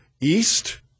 east